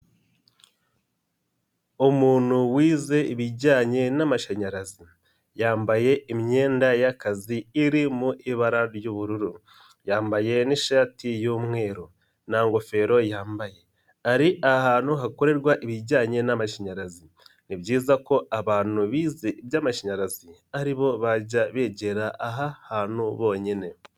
Umuntu wize ibijyanye n'amashanyarazi, yambaye imyenda y'akazi iri mu ibara ry'ubururu, yambaye n'ishati y'umweru, nta ngofero yambaye, ari ahantu hakorerwa ibijyanye n'amashanyarazi, ni byiza ko abantubize iby'amashanyarazi ari bo bajya begera aha hantu bonyine.